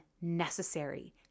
necessary